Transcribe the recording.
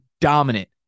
dominant